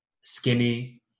skinny